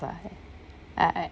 but I I